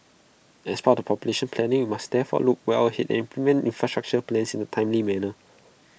as part population planning we must therefore look well ahead and implement infrastructure plans in A timely manner